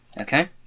Okay